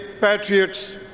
patriots